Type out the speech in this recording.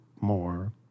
more